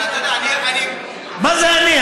אבל אתה יודע, אני, אני, מה זה אני?